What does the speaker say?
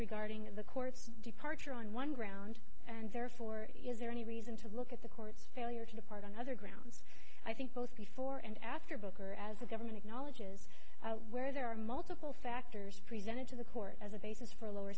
regarding the court's departure on one ground and therefore is there any reason to look at the court's failure to depart on other grounds i think both before and after book or as the government acknowledges where there are multiple factors presented to the court as a basis for a lower